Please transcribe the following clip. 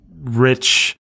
rich